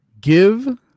Give